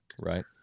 Right